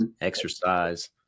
exercise